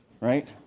right